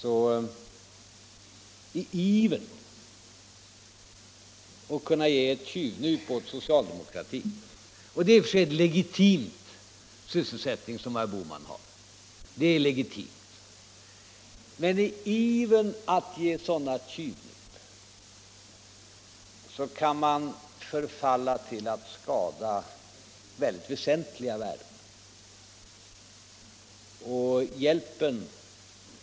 I ivern att ge ett tjyvnyp åt socialdemokratin — det är i och för sig en legitim sysselsättning för herr Bohman — kan man förfalla till att skada väsentliga värden.